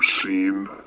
seen